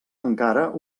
encara